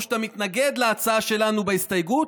או שאתה מתנגד להצעה שלנו בהסתייגות,